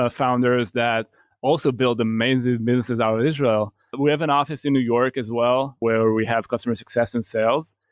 ah founders that also build amazing businesses out of israel. we have an office in new york as well where we have customer success in sales.